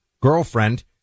girlfriend